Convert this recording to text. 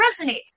resonates